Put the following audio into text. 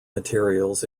materials